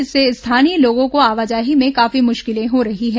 इससे स्थानीय लोगों को आवाजाही में काफी मुश्किलें हो रही हैं